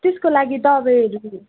त्यसको लागि दबाईहरू